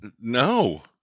No